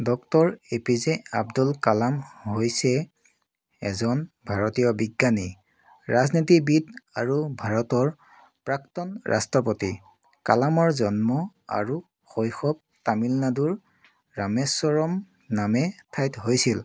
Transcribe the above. doctor A P J Abdul Kalam হৈছে এজন ভাৰতীয় বিজ্ঞানী ৰাজনীতিবিদ আৰু ভাৰতৰ প্ৰাক্তন ৰাষ্ট্ৰপতি কালামৰ জন্ম আৰু শৈশৱ তামিলনাডুৰ ৰামেশ্বৰম নামে ঠাইত হৈছিল